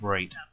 Right